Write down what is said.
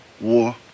war